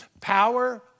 power